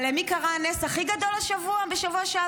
אבל למי קרה הנס הכי גדול בשבוע שעבר?